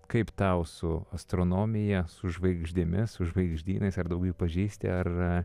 kaip tau su astronomija su žvaigždėmis su žvaigždynais ar daug jų pažįsti ar